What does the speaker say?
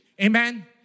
Amen